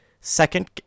second